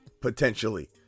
potentially